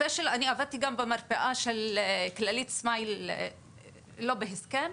אני עבדתי גם במרפאה של כללית סמייל לא בהסכם.